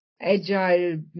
agile